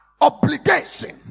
obligation